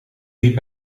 liep